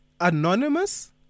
anonymous